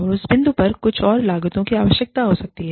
और उस बिंदु पर कुछ और लागतों की आवश्यकता हो सकती है